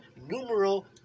numeral